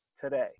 today